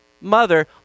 mother